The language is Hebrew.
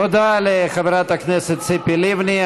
תודה לחברת הכנסת ציפי לבני.